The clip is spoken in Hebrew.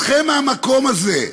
הניחו את ידיכם מהמקום הזה.